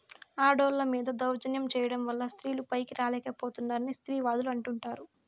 ఆడోళ్ళ మీద దౌర్జన్యం చేయడం వల్ల స్త్రీలు పైకి రాలేక పోతున్నారని స్త్రీవాదులు అంటుంటారు